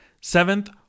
Seventh